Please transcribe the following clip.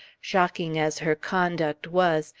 shocking as her conduct was,